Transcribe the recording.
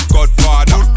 Godfather